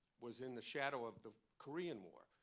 was in the shadow of the korean war.